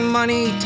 money